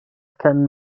keinen